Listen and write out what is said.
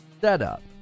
setup